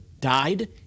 died